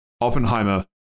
Oppenheimer